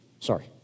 Sorry